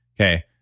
Okay